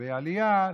לגבי עלייה,